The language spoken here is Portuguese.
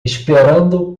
esperando